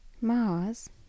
Mars